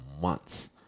months